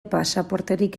pasaporterik